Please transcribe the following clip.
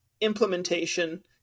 implementation